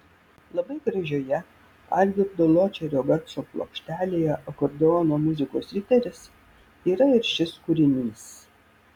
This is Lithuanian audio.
labai gražioje algirdo ločerio garso plokštelėje akordeono muzikos riteris yra ir šis kūrinys